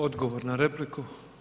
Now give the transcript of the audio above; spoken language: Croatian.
Odgovor na repliku.